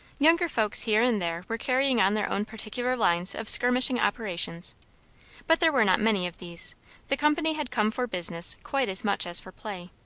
younger folks here and there were carrying on their own particular lines of skirmishing operations but there were not many of these the company had come for business quite as much as for play.